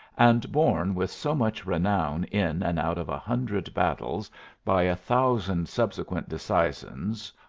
and borne with so much renown in and out of a hundred battles by a thousand subsequent disseisins,